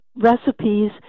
recipes